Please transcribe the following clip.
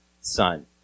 son